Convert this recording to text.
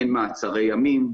הן מעצרי ימים,